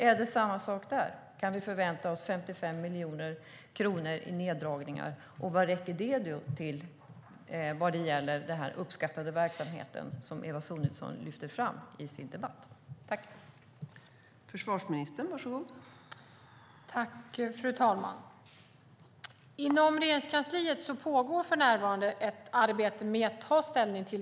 Är det samma sak där - kan vi förvänta 55 miljoner kronor i neddragningar, och vad räcker det till för den uppskattade verksamhet som Eva Sonidsson lyfte fram i sitt debattinlägg?